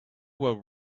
were